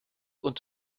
und